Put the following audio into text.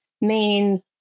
main